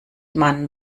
man